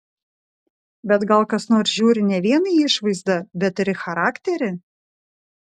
bet gal kas nors žiūri ne vien į išvaizdą bet ir į charakterį